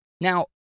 Now